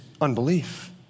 unbelief